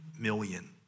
million